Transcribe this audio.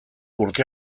urte